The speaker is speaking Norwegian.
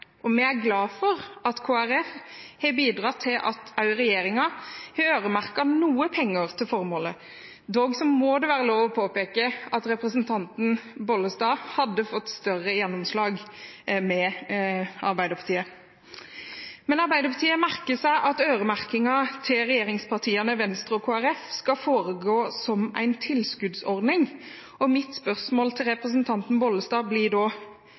og vi er glad for at Kristelig Folkeparti har bidratt til at også regjeringen har øremerket noe penger til formålet. Det må dog være lov å påpeke at representanten Bollestad hadde fått større gjennomslag med Arbeiderpartiet. Men Arbeiderpartiet merker seg at øremerkingen fra regjeringspartiene, Venstre og Kristelig Folkeparti skal foregå som en tilskuddsordning, og mitt spørsmål til representanten Bollestad blir da: